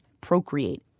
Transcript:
procreate